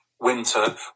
winter